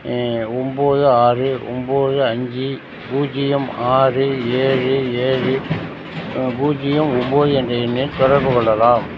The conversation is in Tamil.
ஒம்போது ஆறு ஒம்போது அஞ்சு பூஜ்ஜியம் ஆறு ஏழு ஏழு பூஜ்ஜியம் ஒம்போது என்ற எண்ணில் தொடர்பு கொள்ளலாம்